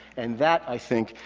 and that, i think,